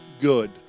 good